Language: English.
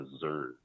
deserve